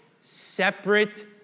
separate